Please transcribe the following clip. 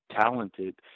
talented